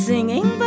Singing